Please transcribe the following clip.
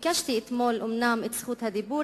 אומנם ביקשתי אתמול את זכות הדיבור,